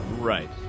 Right